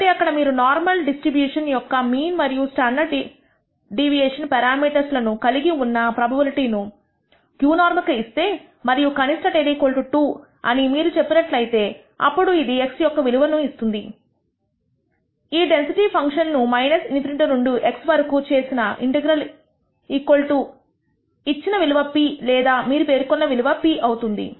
కాబట్టి ఇక్కడ మీరు నార్మల్ డిస్ట్రిబ్యూషన్ యొక్క మీన్ మరియు స్టాండర్డ్ డీవియేషన్ పెరామీటర్స్ లను కలిగి ఉన్న ప్రోబబిలిటీ ను qnorm కు ఇస్తే మరియు కనిష్ట టెయిల్ 2 అని మీరు చెప్పినట్లయితే అప్పుడు ఇది X యొక్క విలువ ను ఇది ఇది లెక్క వేస్తుందిఈ డెన్సిటీ ఫంక్షన్ ను ∞ నుండి X వరకు చేసిన ఇంటెగ్రల్ ఇచ్చిన విలువ p లేదా మీరు పేర్కొన్న p అవుతుంది